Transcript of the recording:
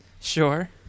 Sure